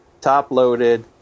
top-loaded